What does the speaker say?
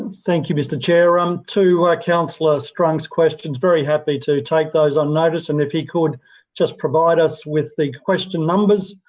thank you, mr chair. um to councillor strunk's questions. very happy to take those on notice and if he could just provide us with the question numbers